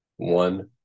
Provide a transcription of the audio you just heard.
One